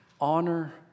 Honor